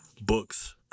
books